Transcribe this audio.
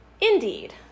indeed